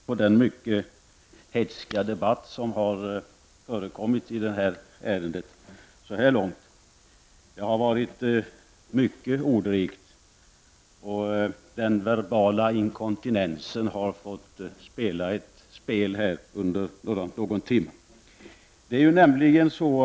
Herr talman! Jag måste säga att det är med en viss förvåning som jag har lyssnat på den mycket hätska debatt som har förekommit i det här ärendet så här långt. Det har varit mycket ordrikt och den verbala inkontinensen har fått spela ett spel under någon timme.